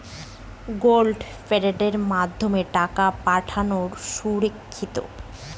Google পের মাধ্যমে টাকা পাঠানোকে সুরক্ষিত?